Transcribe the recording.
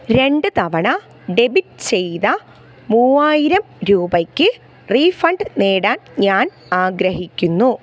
രണ്ട് തവണ ഡെബിറ്റ് ചെയ്ത മൂവായിരം രൂപയ്ക്ക് റീഫണ്ട് നേടാൻ ഞാൻ ആഗ്രഹിക്കുന്നു